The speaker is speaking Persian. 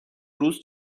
روز